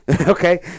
Okay